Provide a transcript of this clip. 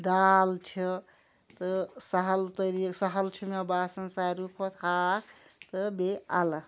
دال چھِ تہٕ سہل طٔریٖقہٕ سہل چھُ مےٚ باسان ساروٕے کھۄتہٕ ہاکھ تہٕ بیٚیہِ اَلہٕ